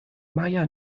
maja